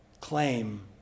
claim